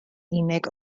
unig